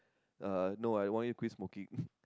uh no I want you quit smoking